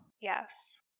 Yes